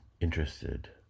interested